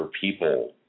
people